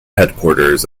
headquarters